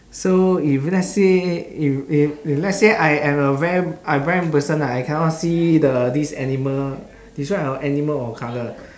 so if let's say if if if let's say I am a ver~ I'm blind person ah I cannot see the this animal describe a animal or colour